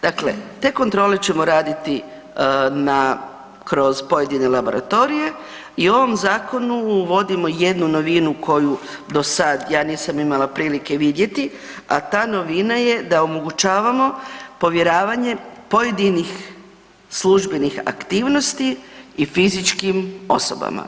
Dakle te kontrole ćemo raditi na, kroz pojedine laboratorije i u ovom zakonu uvodimo jednu novinu koju do sad, ja nisam imala prilike vidjeti, a ta novina je da omogućavamo povjeravanje pojedinih službenih aktivnosti i fizičkim osobama.